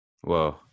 whoa